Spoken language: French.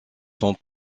sont